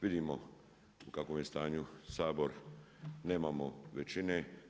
Vidimo u kakvom je stanju Sabor, nemamo većine.